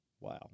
Wow